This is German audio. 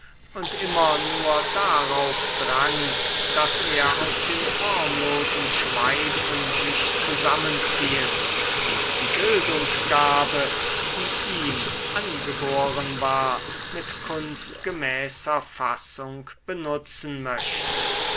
und immer nur darauf drang daß er aus dem formlosen schweifen sich zusammenziehen und die bildungsgabe die ihm angeboren war mit kunstgemäßer fassung benutzen möchte